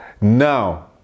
Now